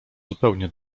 zupełnie